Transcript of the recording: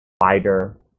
wider